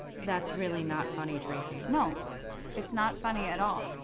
that's really not funny tracy. no it's not funny at all.